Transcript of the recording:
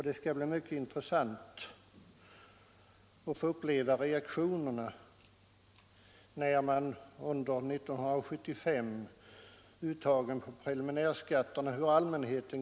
Det skall bli mycket intressant att uppleva reaktionerna från allmänheten inför preliminärskatteuttagen år 1975.